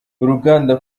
uruganda